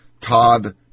Todd